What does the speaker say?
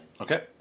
Okay